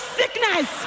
sickness